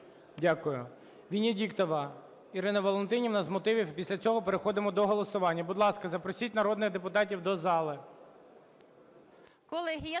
Дякую. Венедіктова Ірина Валентинівна – з мотивів. І після цього переходимо до голосування. Будь ласка, запросіть народних депутатів до зали.